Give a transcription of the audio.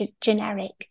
generic